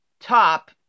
top